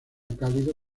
cálido